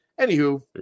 anywho